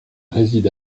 réside